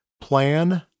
plan